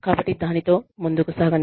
కాబట్టి దానితో ముందుకు సాగండి